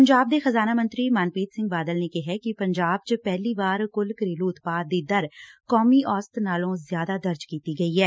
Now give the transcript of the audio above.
ਪੰਜਾਬ ਦੇ ਖ਼ਜਾਨਾ ਮੰਤਰੀ ਮਨਪ੍ਰੀਤ ਸਿੰਘ ਬਾਦਲ ਨੇ ਕਿਹੈ ਕਿ ਪੰਜਾਬ ਚ ਪਹਿਲੀ ਵਾਰ ਕੁੱਲ ਘਰੇਲੁ ਉਤਪਾਦ ਦੀ ਦਰ ਕੌਮੀ ਔਸਤ ਨਾਲੋਂ ਜ਼ਿਆਦਾ ਦਰਜ ਕੀਤੀ ਗਈ ਐ